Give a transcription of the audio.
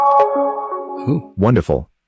Wonderful